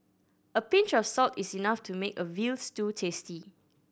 a pinch of salt is enough to make a veal stew tasty